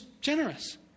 generous